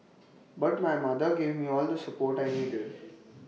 but my mother gave me all the support I needed